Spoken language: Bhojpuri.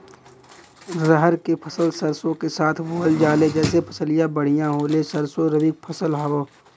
रहर क फसल सरसो के साथे बुवल जाले जैसे फसलिया बढ़िया होले सरसो रबीक फसल हवौ